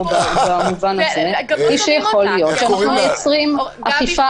במובן הזה היא שיכול להיות שאנחנו מייצרים אכיפה